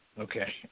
Okay